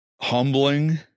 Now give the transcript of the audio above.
humbling